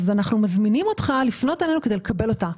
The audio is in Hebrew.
אז אנחנו מזמינים אותך לפנות אלינו כדי לקבל אותה.